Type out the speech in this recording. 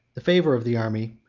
the favor of the army,